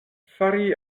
fari